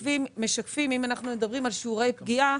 אם אנחנו מדברים על שיעורי פגיעה,